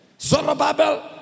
Zorobabel